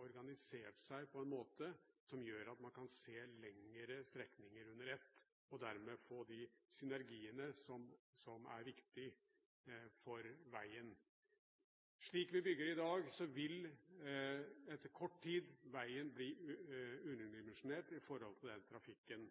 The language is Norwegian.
organisert seg på en måte som gjør at man kan se lengre strekninger under ett, og dermed få de synergiene som er viktig for veien. Slik vi bygger i dag, vil veien etter kort tid bli underdimensjonert med tanke på den trafikken